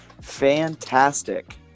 Fantastic